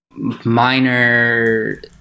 minor